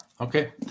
okay